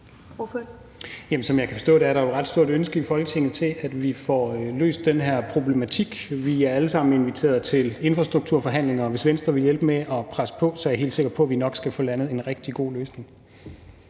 Jamen som jeg kan forstå det, er der jo et ret stort ønske i Folketinget om, at vi får løst den her problematik. Vi er alle sammen inviteret til infrastrukturforhandlinger, og hvis Venstre vil hjælpe med at presse på, er jeg helt sikker på, at vi nok skal få landet en rigtig god løsning.